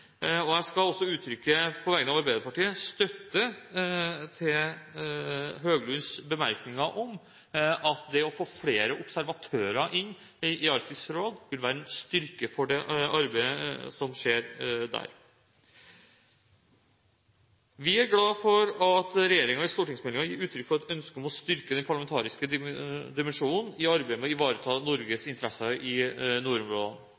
Jeg vil også, på vegne av Arbeiderpartiet, uttrykke støtte til Høglunds bemerkninger om at det å få flere observatører inn i Arktisk råd vil være en styrke for det arbeidet som skjer der. Vi er glade for at regjeringen i stortingsmeldingen gir uttrykk for et ønske om å styrke den parlamentariske dimensjonen i arbeidet med å ivareta Norges interesser i nordområdene.